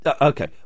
Okay